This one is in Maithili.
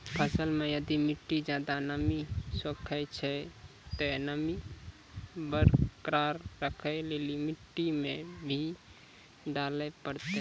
फसल मे यदि मिट्टी ज्यादा नमी सोखे छै ते नमी बरकरार रखे लेली मिट्टी मे की डाले परतै?